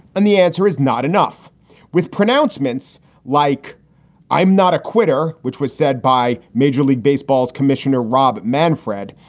and the answer is not enough with pronouncements like i'm not a quitter, which was said by major league baseball's commissioner rob manfred.